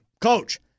Coach